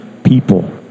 people